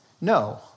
No